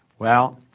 well,